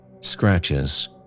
Scratches